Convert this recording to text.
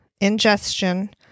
ingestion